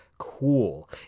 cool